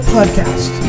Podcast